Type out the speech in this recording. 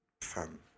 fam